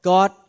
God